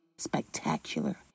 Spectacular